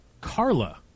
Carla